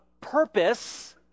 purpose